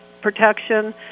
protection